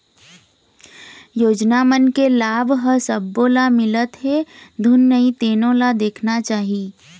योजना मन के लाभ ह सब्बो ल मिलत हे धुन नइ तेनो ल देखना चाही